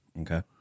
Okay